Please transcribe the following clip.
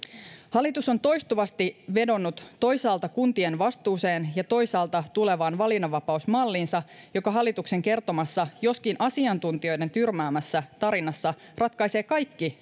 hallitus on toistuvasti vedonnut toisaalta kuntien vastuuseen ja toisaalta tulevaan valinnanvapausmalliinsa joka hallituksen kertomassa joskin asiantuntijoiden tyrmäämässä tarinassa ratkaisee kaikki